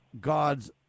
God's